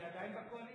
בעבודה.